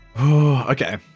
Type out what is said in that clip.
Okay